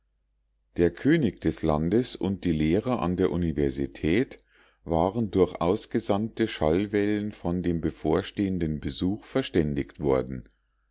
der könig des landes und die lehrer an der universität waren durch ausgesandte schallwellen von dem bevorstehenden besuch verständigt worden